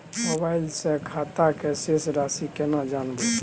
Mobile से खाता में शेस राशि केना जानबे?